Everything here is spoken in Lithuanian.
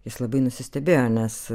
jis labai nusistebėjo nes